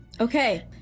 okay